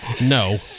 no